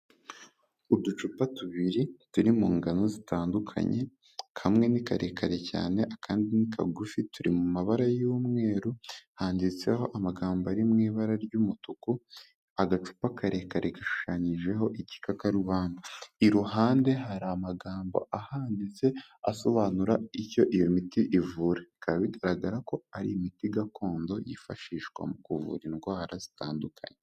Uducupa tubiri turi mu ngano zitandukanye, kamwe ni karekare cyane akandi ni kagufi turi mu mabara y'umweru handitseho amagambo ari mu ibara ry'umutuku, agacupa karekare gashushanyijeho igikakarubanda, iruhande hari amagambo ahanditse asobanura icyo iyo miti ivura, bikaba bigaragara ko ari imiti gakondo yifashishwa mu kuvura indwara zitandukanye.